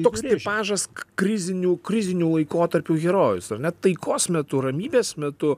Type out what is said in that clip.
toks mažas krizinių krizinių laikotarpių herojus ar ne taikos metu ramybės metu